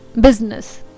business